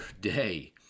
day